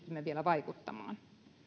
vielä vaikuttamaan